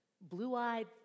blue-eyed